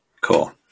Cool